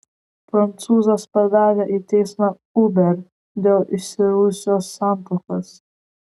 prancūzas padavė į teismą uber dėl iširusios santuokos